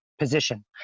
Position